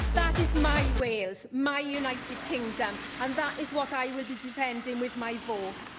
that is my wales, my united kingdom, and that is what i will be defending with my vote.